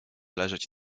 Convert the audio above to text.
leżeć